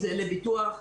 לביטוח בריאות.